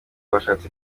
bashatse